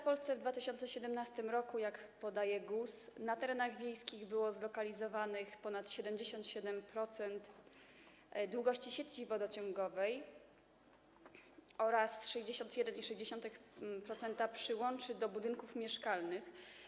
W Polsce w 2017 r., jak podaje GUS, na terenach wiejskich było zlokalizowanych ponad 77% długości sieci wodociągowych oraz 61,6% przyłączy do budynków mieszkalnych.